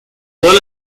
todas